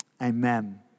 Amen